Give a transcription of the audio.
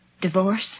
Divorce